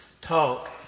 talk